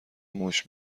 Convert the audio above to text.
موش